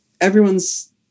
Everyone's